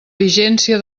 vigència